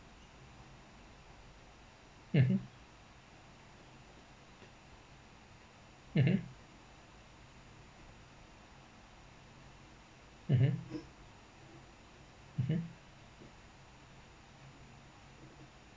mmhmm mmhmm mmhmm mmhmm